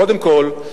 קודם כול,